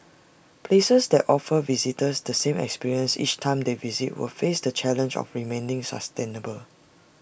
places that offer visitors the same experience each time they visit will face the challenge of remaining sustainable